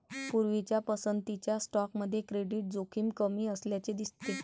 पूर्वीच्या पसंतीच्या स्टॉकमध्ये क्रेडिट जोखीम कमी असल्याचे दिसते